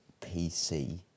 PC